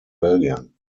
belgien